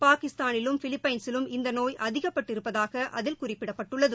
பாகிஸ்தானிலும் பிலிப்பைன்ஸிலும் இந்த நோய் அதிகப்பட்டிருப்பதாக அதில் குறிப்பிடப்பட்டுள்ளது